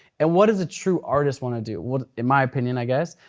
and what does a true artist want to do. well in my opinion i guess,